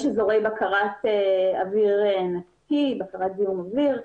יש אזורי בקרת אוויר נקי, בקרת זיהום אוויר,